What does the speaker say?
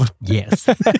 yes